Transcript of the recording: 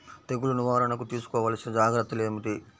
తెగులు నివారణకు తీసుకోవలసిన జాగ్రత్తలు ఏమిటీ?